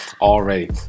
Already